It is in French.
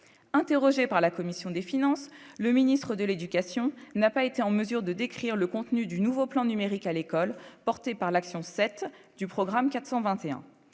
interrogé par la commission des finances, le ministre de l'éducation n'a pas été en mesure de décrire le contenu du nouveau plan numérique à l'école, porté par l'action cette du programme 421